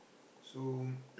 so